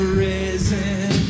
risen